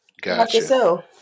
Gotcha